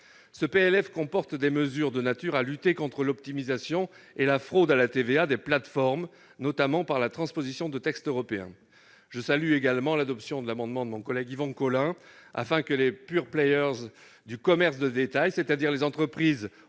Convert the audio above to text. comporte des mesures permettant de lutter contre l'optimisation et la fraude à la TVA des plateformes, notamment par la transposition de textes européens. Je salue également l'adoption de l'amendement de mon collègue Yvon Collin, tendant à ce que les « pure players » du commerce de détail, c'est-à-dire les entreprises